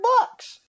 bucks